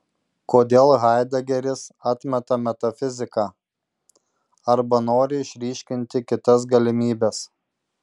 kodėl haidegeris atmeta metafiziką arba nori išryškinti kitas galimybes